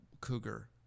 cougar